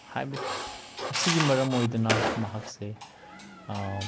ꯍꯥꯏꯕ ꯑꯁꯤꯒꯤ ꯃꯔꯝ ꯑꯣꯏꯗꯅ ꯃꯍꯥꯛꯁꯦ